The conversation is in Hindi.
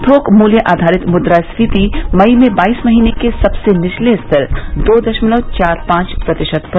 थोक मूल्य आधारित मुद्रास्फीति मई में बाईस महीने के सबसे निचले स्तर दो दशमलव चार पांच प्रतिशत पर